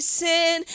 sin